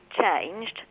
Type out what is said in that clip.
changed